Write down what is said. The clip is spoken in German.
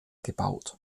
gebaut